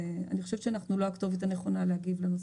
אני חושבת שאנחנו לא הכתובת הנכונה להגיב לנושא.